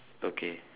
okay